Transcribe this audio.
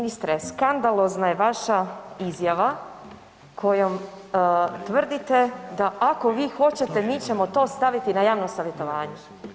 Ministre, skandalozna je vaša izjava kojom tvrdite da ako vi hoćete mi ćemo to staviti na javno savjetovanje.